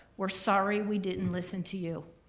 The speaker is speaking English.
we're sorry we didn't listen to you.